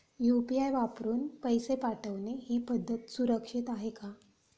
UPI वापरून पैसे पाठवणे ही पद्धत सुरक्षित आहे का?